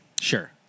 Sure